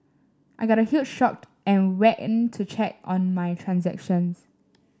I got a huge shocked and went to check on my transactions